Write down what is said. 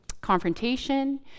confrontation